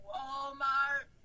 Walmart